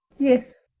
yes,